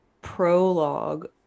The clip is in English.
prologue